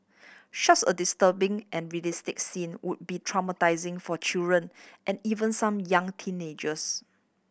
such a disturbing and realistic scene would be traumatising for children and even some young teenagers